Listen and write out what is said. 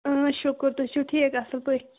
اۭں شُکُر تُہۍ چھِو ٹھیٖک اَصٕل پٲٹھۍ